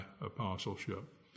apostleship